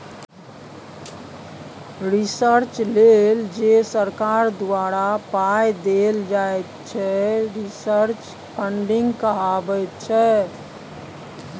research लेल जे सरकार द्वारा पाइ देल जाइ छै रिसर्च फंडिंग कहाइ छै